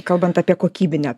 kalbant apie kokybinę